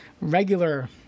regular